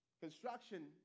Construction